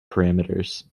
parameters